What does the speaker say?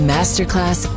Masterclass